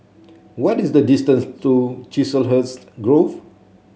what is the distance to Chiselhurst Grove